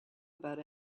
about